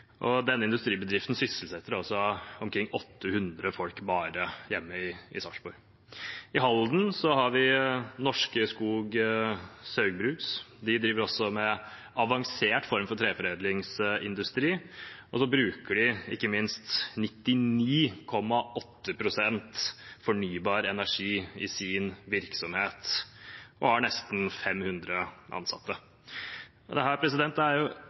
Denne industribedriften sysselsetter altså omkring 800 folk bare hjemme i Sarpsborg. I Halden har vi Norske Skog Saugbrugs. De driver også med en avansert form for treforedlingsindustri, ikke minst bruker de 99,8 pst. fornybar energi i sin virksomhet, og de har nesten 500 ansatte.